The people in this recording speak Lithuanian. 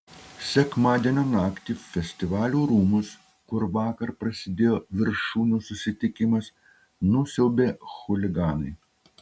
sekmadienio naktį festivalių rūmus kur vakar prasidėjo viršūnių susitikimas nusiaubė chuliganai